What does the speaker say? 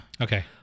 Okay